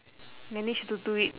managed to do it